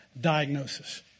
diagnosis